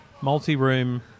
multi-room